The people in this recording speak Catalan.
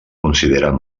consideren